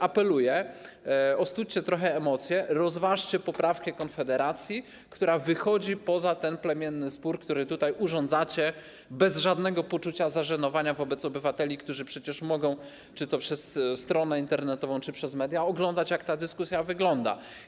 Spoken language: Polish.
Apeluję więc: ostudźcie trochę emocje, rozważcie poprawkę Konfederacji, która wychodzi poza ten plemienny spór, który tutaj urządzacie bez żadnego poczucia zażenowania wobec obywateli, którzy przecież mogą - czy to przez stronę internetową, czy przez media - oglądać, jak ta dyskusja wygląda.